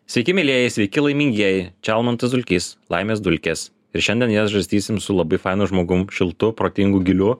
sveiki mielieji sveiki laimingieji čia almantas dulkys laimės dulkės ir šiandien jas žarstysim su labai fanu žmogum šiltu protingu giliu